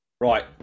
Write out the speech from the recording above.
Right